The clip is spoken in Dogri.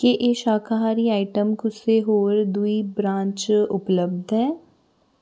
क्या एह् शाकाहारी आइटमां कुसै होर दुए ब्रांड च उपलब्ध ऐ